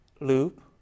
loop